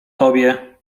tobie